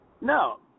No